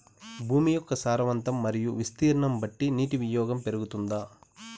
భూమి యొక్క సారవంతం మరియు విస్తీర్ణం బట్టి నీటి వినియోగం పెరుగుతుందా?